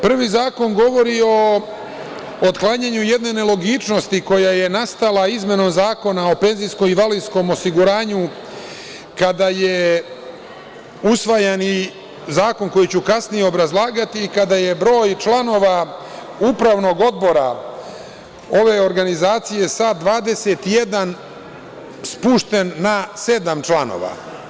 Prvi zakon govori o otklanjanju jedne nelogičnosti koja je nastala izmenom Zakona o penzijskom i invalidskom osiguranju kada je usvajan i zakon koji ću kasnije obrazlagati, kada je broj članova Upravnog odbora ove organizacije sa 21 spušten na sedam članova.